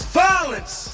violence